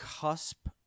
cusp